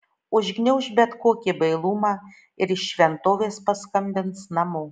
užgniauš bet kokį bailumą ir iš šventovės paskambins namo